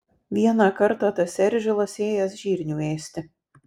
vieną kartą tas eržilas ėjęs žirnių ėsti